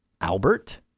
Albert